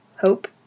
hope